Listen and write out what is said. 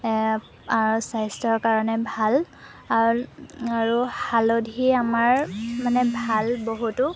আৰু স্বাস্থ্যৰ কাৰণে ভাল আৰু আৰু হালধি আমাৰ মানে ভাল বহুতো